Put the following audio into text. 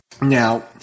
Now